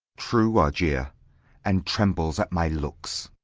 true, argier and tremble s at my looks.